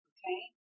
Okay